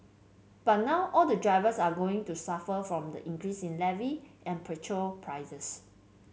but now all the drivers are going to suffer from the increase in levy and petrol prices